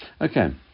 Okay